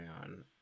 Man